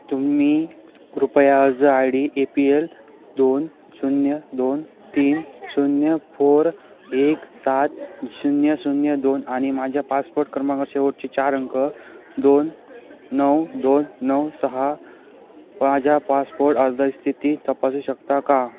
तुम्ही कृपया अर्ज I D A P L दोन शून्य दोन तीन शून्य फोर एक सात शून्य शून्य दोन आणि माझ्या पासपोट क्रमांक शेवटचे चार अंक दोन नऊ दोन नऊ सहा माझ्या पासपोट अर्जाची स्थिती तपासू शकता का